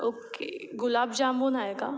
okay gulab jamun आहे का